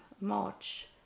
March